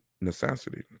necessity